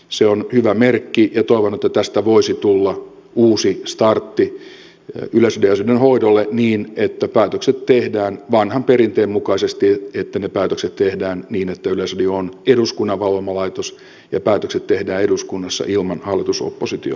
se on hyvä merkki ja toivon että tästä voisi tulla uusi startti yleisradion asioiden hoidolle niin että päätökset tehdään vanhan perinteen mukaisesti että yleisradio on eduskunnan valvoma laitos ja päätökset tehdään eduskunnassa ilman hallitusoppositio asemaa